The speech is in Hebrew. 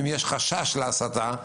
אם יש חשש להסתה,